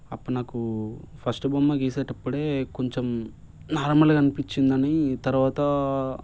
అప్పుడు నాకు ఫస్ట్ బొమ్మ గీసేటప్పుడు కొంచెం నార్మల్గా అనిపించింది అని తర్వాత